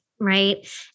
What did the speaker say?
Right